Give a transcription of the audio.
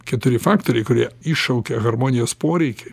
keturi faktoriai kurie iššaukia harmonijos poreikį